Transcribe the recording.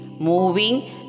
moving